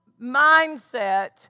mindset